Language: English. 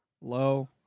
Low